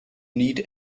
need